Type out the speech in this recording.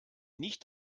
nicht